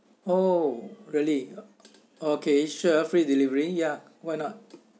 oh really okay sure free delivery ya why not